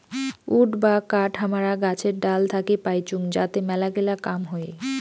would বা কাঠ হামারা গাছের ডাল থাকি পাইচুঙ যাতে মেলাগিলা কাম হই